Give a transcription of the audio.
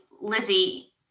Lizzie